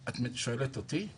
את שואלת אותי?